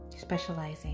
specializing